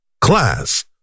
Class